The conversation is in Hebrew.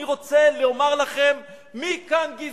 אני רוצה לומר לכם מי כאן גזעני.